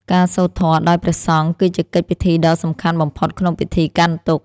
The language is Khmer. ការសូត្រធម៌ដោយព្រះសង្ឃ គឺជាកិច្ចពិធីដ៏សំខាន់បំផុតក្នុងពិធីកាន់ទុក្ខ។